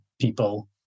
people